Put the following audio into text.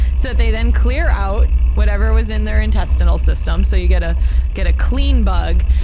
so they then clear out whatever was in their intestinal system, so you get ah get a clean bug.